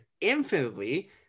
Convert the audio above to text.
infinitely